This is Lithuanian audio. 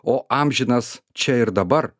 o amžinas čia ir dabar